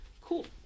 Cool